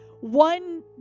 one